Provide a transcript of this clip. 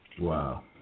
Wow